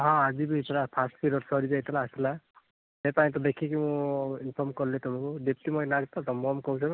ହଁ ଆଜି ବି ସେଟା ଫାର୍ଷ୍ଟ ପିରିୟଡ଼୍ ସରିଯାଇଥିଲା ଆସିଲା ସେପାଇଁ ତ ଦେଖିକି ମୁଁ ଇନଫର୍ମ କଲି ତୁମକୁ ଦିପ୍ତିମୟୀ ନାୟକ ତ ତା ମମ୍ କହୁଛନ୍ତି ତ